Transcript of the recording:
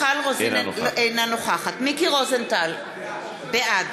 אינה נוכחת מיקי רוזנטל, בעד